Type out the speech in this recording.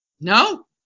No